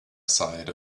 side